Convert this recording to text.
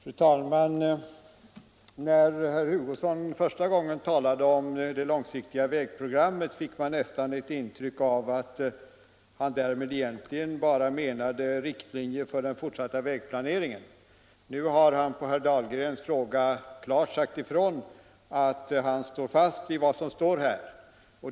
Fru talman! När herr Hugosson första gången talade om det långsiktiga vägprogrammet fick man ett intryck av att han egentligen menade riktlinjer för den fortsatta vägplaneringen. Nu har han emellertid på herr Dahlgrens fråga sagt klart ifrån att han står fast vid vad som står i utskottsbetänkandet.